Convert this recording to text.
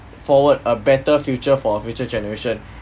forward a better future for our future generation